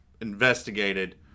investigated